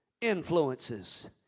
influences